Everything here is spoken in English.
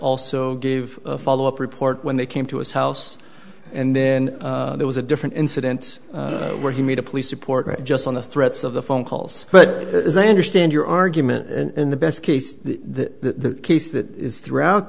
also gave a follow up report when they came to his house and then there was a different incident where he made a police report just on the threats of the phone calls but i understand your argument and the best case the case that is throughout